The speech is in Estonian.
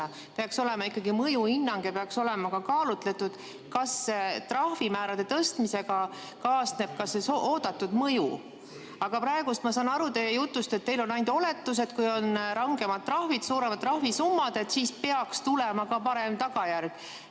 Peaks olema ikkagi mõjuhinnang, peaks olema kaalutletud, kas trahvimäärade tõstmisega kaasneb ka oodatud mõju. Aga praegu ma saan teie jutust aru, et teil on ainult oletused, et kui on rangemad trahvid, suuremad trahvisummad, siis peaks tulema ka parem tagajärg.